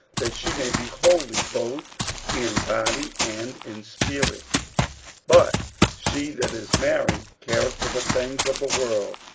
that she may be holy both in body and in spirit but she that is married careth for the things of the world,